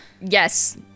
Yes